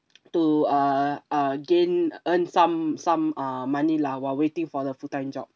to uh uh gain earn some some uh money lah while waiting for the full time job